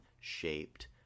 shaped